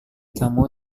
kamu